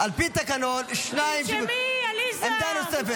על פי התקנון, שניים, עמדה נוספת.